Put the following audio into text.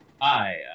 Hi